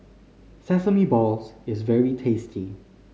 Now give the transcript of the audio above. sesame balls is very tasty